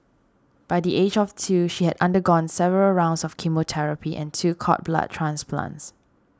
by the age of two she had undergone several rounds of chemotherapy and two cord blood transplants